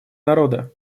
народа